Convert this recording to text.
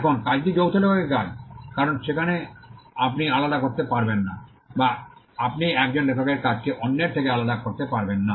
এখন কাজটি যৌথ লেখকের কাজ কারণ সেখানে আপনি আলাদা করতে পারবেন না বা আপনি একজন লেখকের কাজকে অন্যের থেকে আলাদা করতে পারবেন না